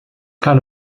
kind